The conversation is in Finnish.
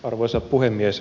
arvoisa puhemies